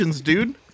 dude